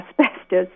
asbestos